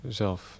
zelf